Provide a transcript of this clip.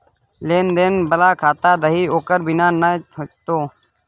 लेन देन बला खाता दही ओकर बिना नै हेतौ